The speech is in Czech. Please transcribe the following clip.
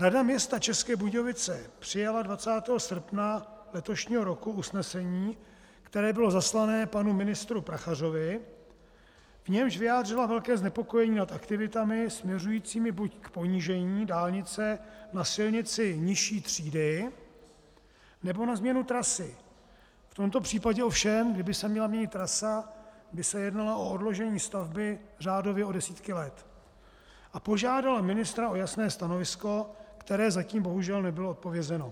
Rada města České Budějovice přijala 20. srpna letošního roku usnesení, které bylo zasláno panu ministru Prachařovi, v němž vyjádřila velké znepokojení nad aktivitami směřujícími buď k ponížení dálnice na silnici nižší třídy, nebo na změnu trasy v tomto případě ovšem, kdyby se měla měnit trasa, by se jednalo o odložení stavby řádově o desítky let , a požádala ministra o jasné stanovisko, které zatím bohužel nebylo odpovězeno.